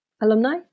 alumni